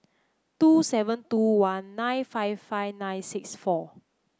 two seven two one nine five five nine six four